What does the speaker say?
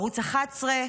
ערוץ 11,